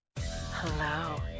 Hello